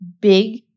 big